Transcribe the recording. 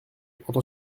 entends